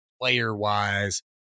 player-wise